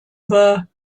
über